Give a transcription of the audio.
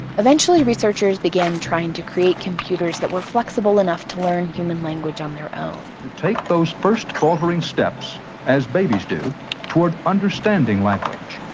eventually, researchers began trying to create computers that were flexible enough to learn human language on their own to take those first faltering steps as babies do toward understanding language,